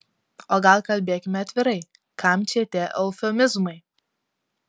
o gal kalbėkime atvirai kam čia tie eufemizmai